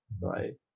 right